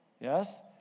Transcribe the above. Yes